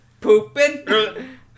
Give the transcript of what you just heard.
Pooping